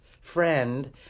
friend